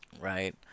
Right